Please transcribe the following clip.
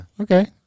Okay